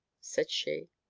said she.